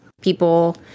people